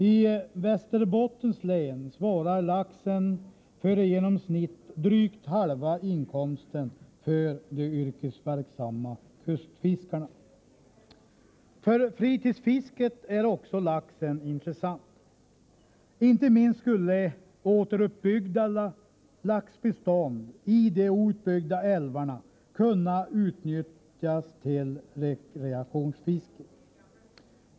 I Västerbottens län svarar laxen för i genomsnitt drygt halva inkomsten för de yrkesverksamma kustfiskarna. För fritidsfisket är också laxen intressant. Inte minst skulle återuppbyggda laxbestånd i de outbyggda älvarna kunna utnyttjas till rekreationsfiske.